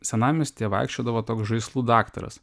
senamiestyje vaikščiodavo toks žaislų daktaras